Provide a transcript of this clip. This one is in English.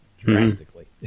Drastically